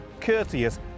courteous